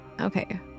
Okay